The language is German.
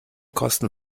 kosten